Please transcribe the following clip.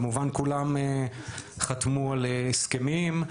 כמובן כולם חתמו על הסכמים.